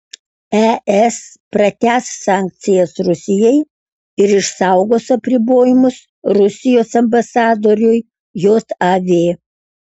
es pratęs sankcijas rusijai ir išsaugos apribojimus rusijos ambasadoriui jav